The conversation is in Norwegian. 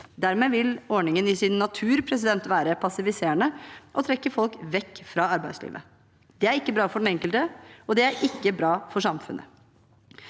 Dermed vil ordningen i sin natur være passiviserende og trekke folk vekk fra arbeidslivet. Det er ikke bra for den enkelte, og det er ikke bra for samfunnet.